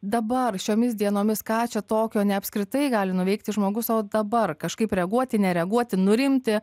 dabar šiomis dienomis ką čia tokio ne apskritai gali nuveikti žmogus o dabar kažkaip reaguoti nereaguoti nurimti